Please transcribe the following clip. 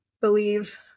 believe